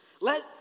Let